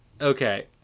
okay